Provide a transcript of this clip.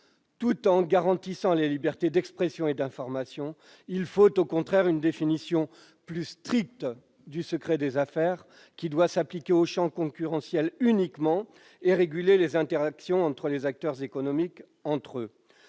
tout en garantissant les libertés d'expression et d'information, il faut au contraire une définition plus stricte du secret des affaires, qui doit s'appliquer au champ concurrentiel uniquement et réguler les interactions entre les acteurs économiques. Tel est